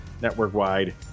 network-wide